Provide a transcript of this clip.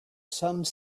some